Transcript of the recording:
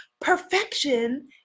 Perfection